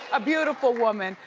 a beautiful woman.